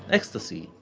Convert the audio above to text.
ecstasy,